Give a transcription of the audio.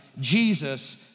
Jesus